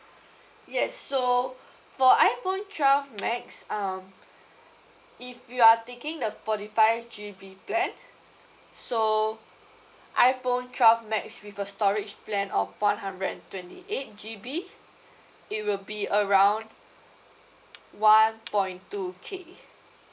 yes so for iphone twelve max um if you are taking the forty five G_B plan so iphone twelve max with a storage plan of one hundred and twenty eight G_B it will be around one point two K